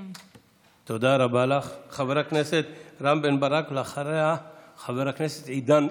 פעם להתמודד כדי לחסום את המשך פריצת הנגיף